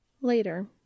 Later